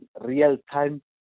real-time